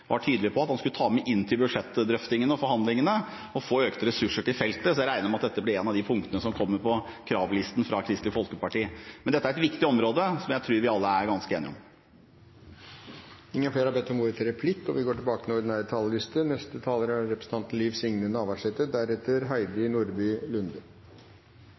nett var tydelig på at han skulle ta med inn i budsjettdrøftingene å få økte ressurser til feltet, så jeg regner med at dette blir ett av de punktene som kommer på kravlisten fra Kristelig Folkeparti. Men dette er et viktig område som jeg tror vi alle er ganske enige om. Replikkordskiftet er over. Den 14. september valde det norske folk sine lokale kommune- og